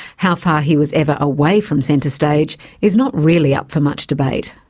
how far he was ever away from centre stage is not really up for much debate.